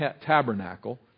tabernacle